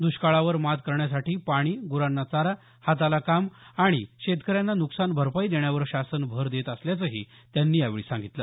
द्ष्काळावर मात करण्यासाठी पाणी ग्रांना चारा हाताला काम आणि शेतकऱ्यांना नुकसान भरपाई देण्यावर शासन भर देत असल्याचंही त्यांनी यावेळी सांगितलं